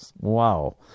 Wow